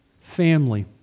family